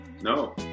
No